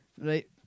Right